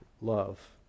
Love